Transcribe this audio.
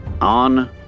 on